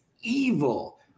evil